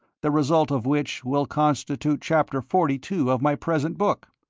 the result of which will constitute chapter forty-two of my present book.